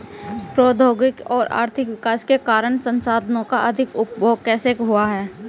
प्रौद्योगिक और आर्थिक विकास के कारण संसाधानों का अधिक उपभोग कैसे हुआ है?